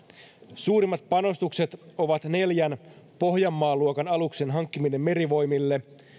suurimmat panostukset ovat neljän pohjanmaa luokan aluksen hankkiminen merivoimille